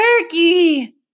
turkey